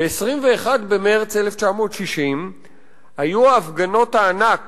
ב-21 במרס 1960 היו הפגנות הענק